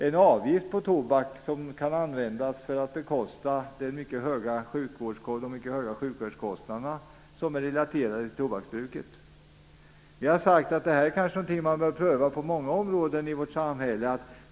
En avgift på tobak skulle kunna användas för att bekosta de mycket höga sjukvårdskostnader som är relaterade till tobaksbruket. Vi har sagt att det kanske är någonting som man bör pröva på många områden i vårt samhälle.